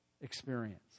experience